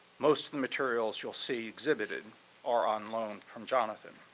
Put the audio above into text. most of the materials you'll see exhibited are on loan from jonathan.